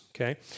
okay